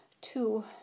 two